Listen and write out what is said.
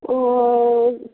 ओ